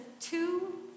two